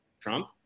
Trump